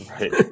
right